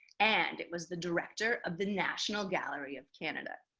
and it was the director of the national gallery of canada,